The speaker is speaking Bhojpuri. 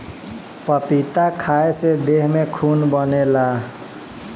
पपीता खाए से देह में खून बनेला